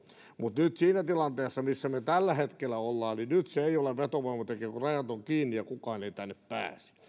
mutta nyt siinä tilanteessa missä me tällä hetkellä olemme se ei ole vetovoimatekijä kun rajat ovat kiinni ja kukaan ei tänne pääse